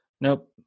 Nope